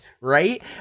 right